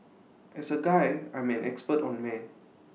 as A guy I'm an expert on men